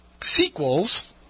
sequels